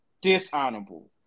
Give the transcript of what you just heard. dishonorable